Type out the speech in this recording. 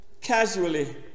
casually